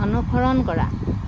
অনুসৰণ কৰা